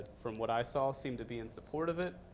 from what i saw, seemed to be in support of it.